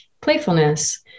playfulness